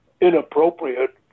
inappropriate